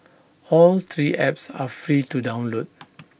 all three apps are free to download